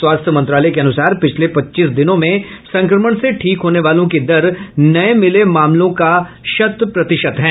स्वास्थ्य मंत्रालय के अनुसार पिछले पच्चीस दिनों में संक्रमण से ठीक होने वालों की दर नये मिले मामलों का शत प्रतिशत है